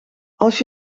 als